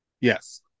Yes